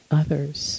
others